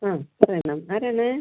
ആ പറയണം ആരാണ്